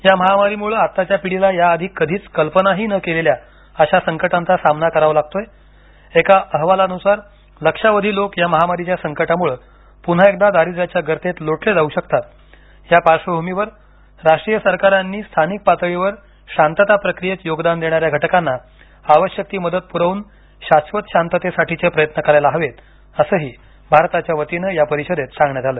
या महामारीमुळ आताच्या पिढीला याआधी कधीच कल्पनाही न केलेल्या अशा संकटांचा सामना करावा लागत आहे एका अहवालानुसार लक्षावधी लोक या महामारीच्या संकटामुळ पुन्हा एकदा दारिद्रयाच्या गर्तेत लोटले जाऊ शकतात या पार्श्वभूमीवर राष्ट्रीय सरकारांनी स्थानिक पातळीवर शांतता प्रक्रियेत योगदान देणाऱ्या घटकांना आवश्यक ती मदत पुरवून शाश्वत शांततेसाठीचे प्रयत्न करायला हवेत असंही भारताच्या वतीनं या परिषदेत सांगण्यात आलं